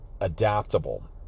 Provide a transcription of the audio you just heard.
adaptable